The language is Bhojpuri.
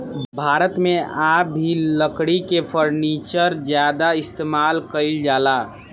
भारत मे आ भी लकड़ी के फर्नीचर ज्यादा इस्तेमाल कईल जाला